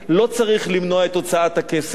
לא צריך למנוע את הוצאת הכסף,